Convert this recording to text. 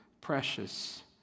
precious